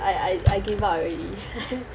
I I I give up already